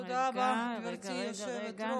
תודה רבה, גברתי היושבת-ראש.